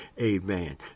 amen